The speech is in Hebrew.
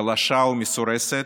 חלשה ומסורסת,